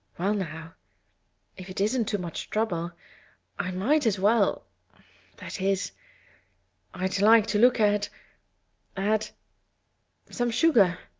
well now if it isn't too much trouble i might as well that is i'd like to look at at some sugar.